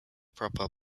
proper